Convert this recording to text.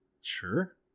Sure